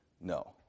No